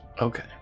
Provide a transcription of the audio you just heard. okay